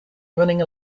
running